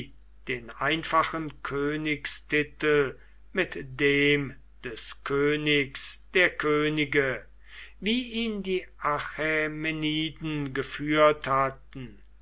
den einfachen königstitel mit dem des königs der könige wie ihn die achämeniden geführt hatten